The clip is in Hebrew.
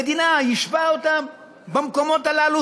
המדינה יישבה אותם במקומות הללו,